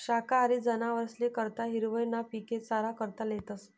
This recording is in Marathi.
शाकाहारी जनावरेस करता हिरवय ना पिके चारा करता लेतस